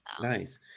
Nice